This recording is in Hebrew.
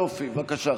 יופי, בבקשה.